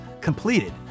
completed